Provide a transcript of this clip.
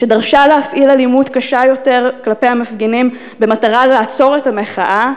שדרשה להפעיל אלימות קשה יותר כלפי המפגינים במטרה לעצור את המחאה,